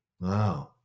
Wow